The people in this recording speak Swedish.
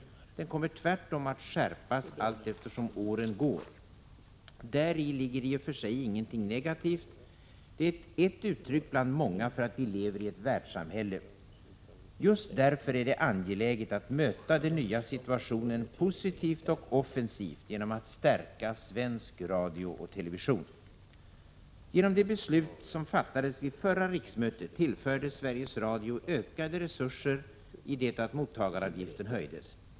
Den kommer tvärtom att skärpas allteftersom åren går. Däri ligger i och för sig ingenting negativt. Det är ett uttryck bland många för att vi lever i ett världssamhälle. Just därför är det angeläget att möta den nya situationen positivt och offensivt genom att stärka svensk radio och television. Genom det beslut som fattades vid förra riksmötet tillfördes Sveriges Radio ökade resurser i det att mottagaravgiften höjdes.